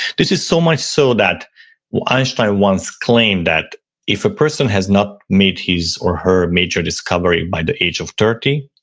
this is so much so that einstein once claimed that if a person has not made his or her major discovery by the age of thirty,